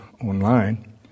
online